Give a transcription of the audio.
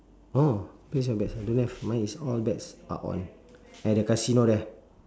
oh place your bets I don't have mine is all bets are on at the casino there